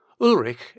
Ulrich